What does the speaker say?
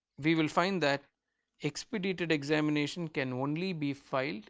we will find that expedited examination can only be filed